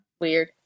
Weird